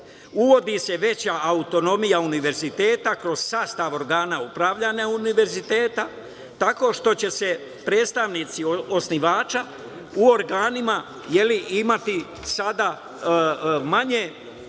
uvodi se veća autonomija univerziteta kroz sastav organa upravljanja univerziteta, tako što će predstavnici osnivača u organima imati sada manje